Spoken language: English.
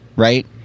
Right